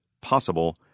possible